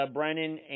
Brennan